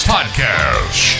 Podcast